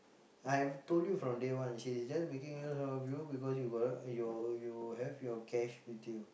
I've told you from day one she's just making use of you got because you have cash with you